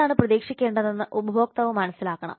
എന്താണ് പ്രതീക്ഷിക്കേണ്ടതെന്ന് ഉപഭോക്താവ് മനസ്സിലാക്കണം